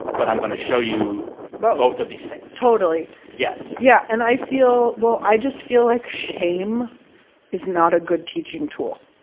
but i'm going to show you both of these things both. totally yes yeah. and i feel well, i just feel like shame is not a good teaching tool.